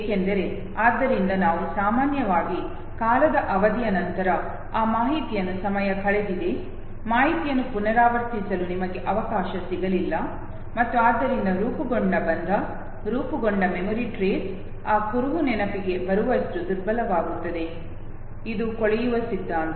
ಏಕೆಂದರೆ ಆದ್ದರಿಂದ ನಾವು ಸಾಮಾನ್ಯವಾಗಿ ಕಾಲದ ಅವಧಿಯ ನಂತರ ಆ ಮಾಹಿತಿಯನ್ನು ಸಮಯ ಕಳೆದಿದೆ ಮಾಹಿತಿಯನ್ನು ಪುನರಾವರ್ತಿಸಲು ನಿಮಗೆ ಅವಕಾಶ ಸಿಗಲಿಲ್ಲ ಮತ್ತು ಆದ್ದರಿಂದ ರೂಪುಗೊಂಡ ಬಂಧ ರೂಪುಗೊಂಡ ಮೆಮೊರಿ ಟ್ರೇಸ್ ಆ ಕುರುಹು ನೆನಪಿಗೆ ಬರುವಷ್ಟು ದುರ್ಬಲವಾಗುತ್ತದೆ ಇದು ಕೊಳೆಯುವ ಸಿದ್ಧಾಂತ